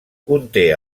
conté